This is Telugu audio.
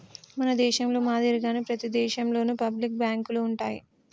మన దేశంలో మాదిరిగానే ప్రతి దేశంలోను పబ్లిక్ బాంకులు ఉంటాయి